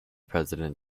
president